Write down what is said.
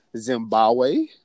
Zimbabwe